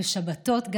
גם בשבתות,